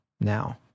now